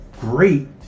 great